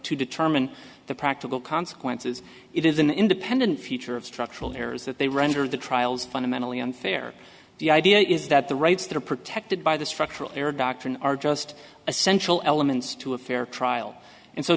to determine the practical consequences it is an independent feature of structural errors that they render the trials fundamentally unfair the idea is that the rights that are protected by the structural error doctrine are just essential elements to a fair trial and so